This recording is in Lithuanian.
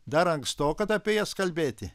dar anksto kad apie jas kalbėti